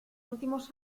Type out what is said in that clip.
últimos